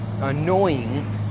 annoying